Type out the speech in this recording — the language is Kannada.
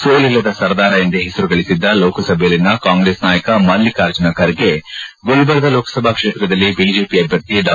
ಸೋಲಿಲ್ಲದ ಸರದಾರ ಎಂದೇ ಹೆಸರು ಗಳಿಬಿದ್ದ ಲೋಕಸಭೆಯಲ್ಲಿನ ಕಾಂಗ್ರೆಸ್ ನಾಯಕ ಮಲ್ಲಿಕಾರ್ಜುನ ಖರ್ಗೆ ಗುಲ್ಬರ್ಗ ಲೋಕಸಭಾ ಕ್ಷೇತ್ರದಲ್ಲಿ ಬಿಜೆಪಿ ಅಭ್ಯರ್ಥಿ ಡಾ